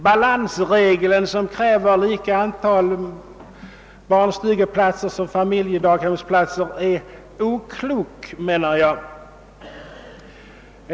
Balansregeln som kräver lika antal barnstugeplatser som familjedaghemsplatser är oklok.